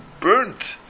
burnt